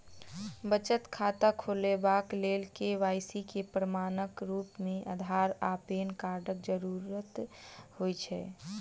बचत खाता खोलेबाक लेल के.वाई.सी केँ प्रमाणक रूप मेँ अधार आ पैन कार्डक जरूरत होइ छै